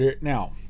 now